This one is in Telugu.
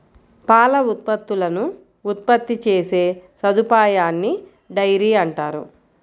పాల ఉత్పత్తులను ఉత్పత్తి చేసే సదుపాయాన్నిడైరీ అంటారు